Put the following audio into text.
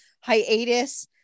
hiatus